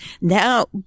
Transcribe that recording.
Now